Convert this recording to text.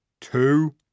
two